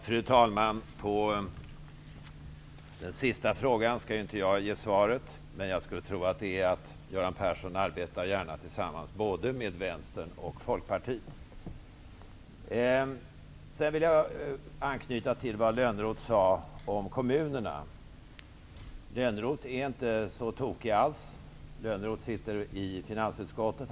Fru talman! Jag skall inte svara på den sista frågan. Men jag skulle tro att Göran Persson gärna arbetar tillsammans med både Vänstern och Folkpartiet. Jag vill anknyta till vad Lönnroth sade om kommunerna. Lönnroth är inte alls så tokig. Lönnroth sitter i finansutskottet.